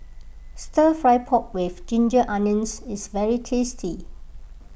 Stir Fry Pork with Ginger Onions is very tasty